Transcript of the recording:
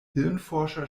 hirnforscher